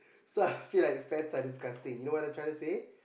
so I feel like fats are disgusting you know what I'm trying to say